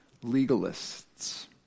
Legalists